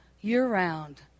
year-round